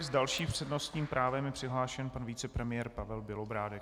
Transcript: S dalším přednostním právem je přihlášen pan vicepremiér Pavel Bělobrádek.